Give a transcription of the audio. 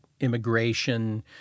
immigration